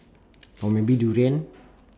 or maybe durian